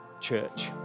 church